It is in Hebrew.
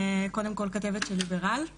קודם כל, אני כתבת של עיתון "ליברל"